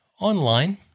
online